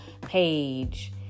page